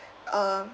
uh